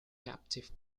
captive